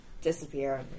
disappear